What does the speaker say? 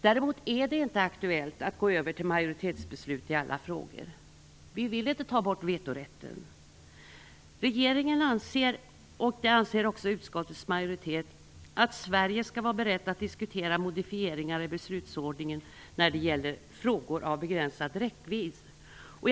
Däremot är det inte aktuellt att gå över till majoritetsbeslut i alla frågor. Vi vill inte ta bort vetorätten. Regeringen anser, och det anser också utskottets majoritet, att Sverige skall vara berett att diskutera modifieringar i beslutsordningen när det gäller frågor av begränsad räckvidd.